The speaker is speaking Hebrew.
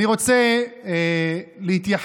אני רוצה להתייחס